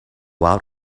out